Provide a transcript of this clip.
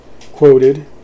quoted